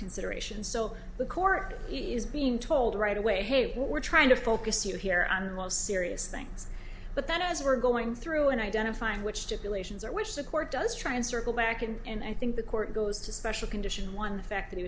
consideration so the court is being told right away hey we're trying to focus you here on the most serious things but that as we're going through and identifying which stipulates or which the court does try and circle back in and i think the court goes to special conditions one the fact that he